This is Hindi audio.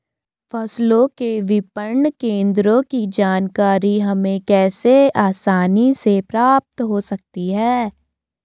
फसलों के विपणन केंद्रों की जानकारी हमें कैसे आसानी से प्राप्त हो सकती?